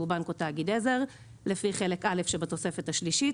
בנק או תאגיד עזר לפי חלק א' שבתוספת השלישית,